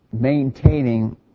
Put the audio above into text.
maintaining